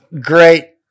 great